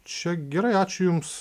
čia gerai ačiū jums